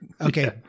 Okay